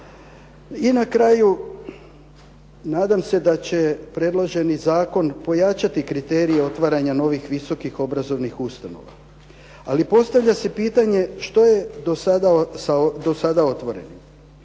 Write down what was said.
I na kraju, nadam se da će predloženi zakon pojačati kriterije otvaranja novih visokih obrazovnih ustanova, ali postavlja se pitanje što je sa do sada otvorenim?